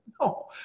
No